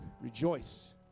Rejoice